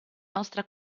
nostra